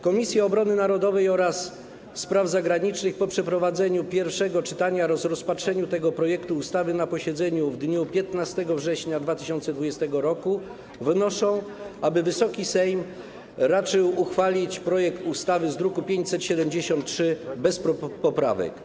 Komisja Obrony Narodowej oraz Komisja Spraw Zagranicznych po przeprowadzeniu pierwszego czytania oraz rozpatrzeniu tego projektu ustawy na posiedzeniu w dniu 15 września 2020 r. wnoszą, aby Wysoki Sejm raczył uchwalić projekt ustawy z druku nr 573 bez poprawek.